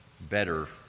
better